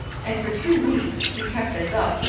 and for two weeks he kept this up,